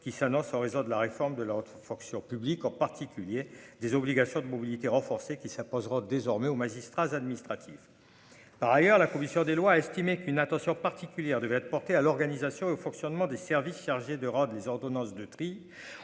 qui s'annonce, en raison de la réforme de la haute fonction publique, en particulier des obligations de mobilité renforcée qui s'imposera désormais aux magistrats administratifs, par ailleurs, la commission des lois a estimé qu'une attention particulière devait être portée à l'organisation et au fonctionnement des services chargés de rendre les ordonnances de tri